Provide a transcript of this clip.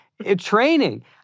training